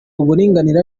uburinganire